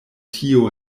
tio